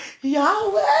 Yahweh